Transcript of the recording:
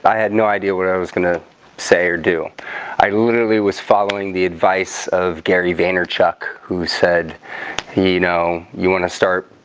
had no idea what i was gonna say or do i literally was following the advice of gary vaynerchuk who said you know you want to start?